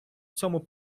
цьому